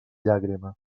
llàgrima